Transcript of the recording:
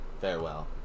Farewell